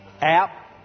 app